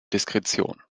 diskretion